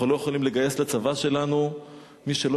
אנחנו לא יכולים לגייס לצבא שלנו מי שלא